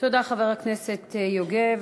תודה, חבר הכנסת יוגב.